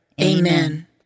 Amen